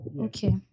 Okay